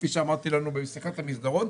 כפי שאמרתם לנו בשיחת המסדרון,